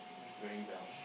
very well